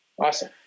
Awesome